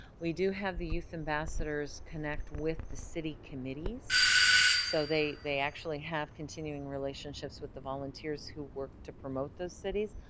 we do have the youth ambassadors connect with the city committees so they they actually have continuing relationships with the volunteers who work to promote those cities,